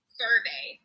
survey